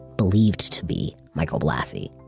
believed to be michael blassi.